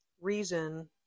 reason